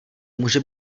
může